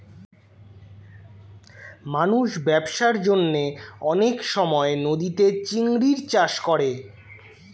মানুষ ব্যবসার জন্যে অনেক সময় নদীতে চিংড়ির চাষ করে